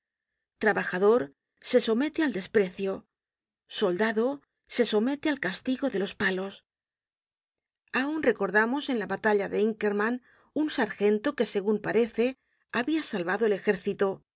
trabajador se somete al desprecio soldado se somete al castigo de los palos aun recordamos que en la batalla de inkermann un sargento que segun parece habia sal